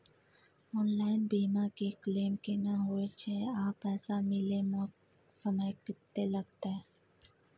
Online बीमा के claim केना होय छै आ पैसा मिले म समय केत्ते लगतै?